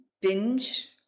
binge